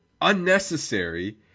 unnecessary